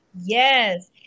Yes